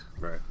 Right